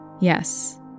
Yes